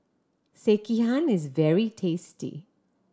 sekihan is very tasty